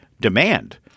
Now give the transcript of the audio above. demand